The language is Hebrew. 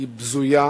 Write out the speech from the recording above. היא בזויה,